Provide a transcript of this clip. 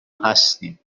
هستیم